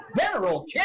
General